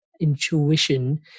intuition